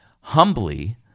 Humbly